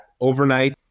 overnight